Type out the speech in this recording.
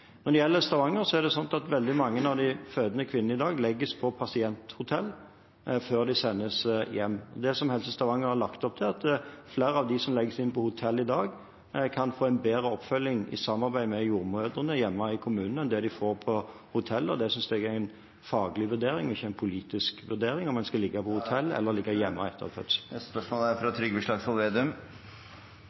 Når det gjelder Stavanger, er det slik at veldig mange av de fødende kvinnene i dag legges på pasienthotell før de sendes hjem. Det Helse Stavanger har lagt opp til, er at flere av dem som legges inn på hotell i dag, kan få en bedre oppfølging, i samarbeid med jordmødrene hjemme i kommunen, enn det de får på hotellet. Det synes jeg er en faglig vurdering og ikke en politisk vurdering, om en skal ligge på hotell eller ligge hjemme etter